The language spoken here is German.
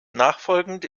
nachfolgend